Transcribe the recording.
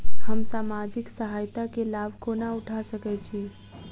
हम सामाजिक सहायता केँ लाभ कोना उठा सकै छी?